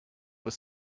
was